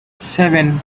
seven